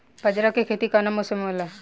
बाजरा के खेती कवना मौसम मे होला?